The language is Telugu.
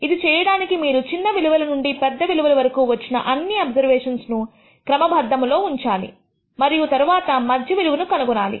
ఇది చేయడానికి మీరు చిన్న విలువ నుండి పెద్ద విలువ వరకూ వచ్చిన అన్ని అబ్జర్వేషన్స్ ను క్రమబద్ధము లో ఉంచాలి మరియు తర్వాత మధ్య విలువను కనుగొనాలి